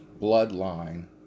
Bloodline